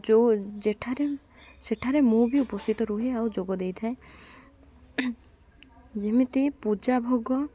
ଯେଉଁ ଯେଠାରେ ସେଠାରେ ମୁଁ ବି ଉପସ୍ଥିତ ରୁହେ ଆଉ ଯୋଗ ଦେଇଥାଏ ଯେମିତି ପୂଜାଭୋଗ